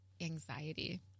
anxiety